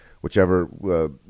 whichever